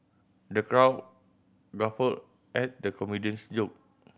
the crowd guffawed at the comedian's joke